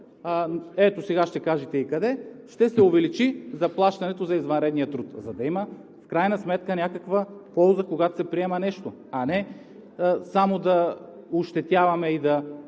като специалист къде, че ще се увеличи заплащането за извънредния труд, за да има в крайна сметка някаква полза, когато се приема нещо, а не само да ощетяваме и да